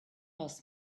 ask